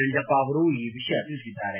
ನಂಜಪ್ಪ ಅವರು ಈ ವಿಷಯ ತಿಳಿಸಿದ್ದಾರೆ